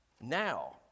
now